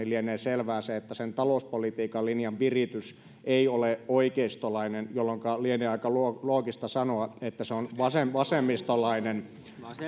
lienee selvää se että sen talouspolitiikan linjan viritys ei ole oikeistolainen jolloinka lienee aika loogista sanoa että se on vasemmistolainen